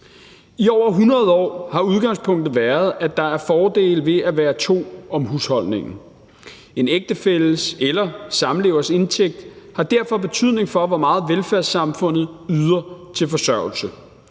I over 100 år har udgangspunktet været, at der er fordele ved at være to om husholdningen. En ægtefælles eller samlevers indtægt har derfor betydning for, hvor meget velfærdssamfundet yder til forsørgelse.